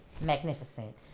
magnificent